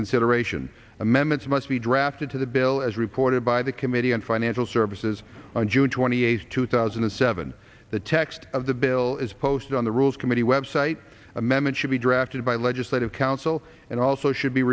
consideration amendments must be drafted to the bill as reported by the committee on financial services on june twenty eighth two thousand and seven the text of the bill is posted on the rules committee website m m it should be drafted by legislative council and also should be